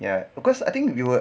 ya cause I think we were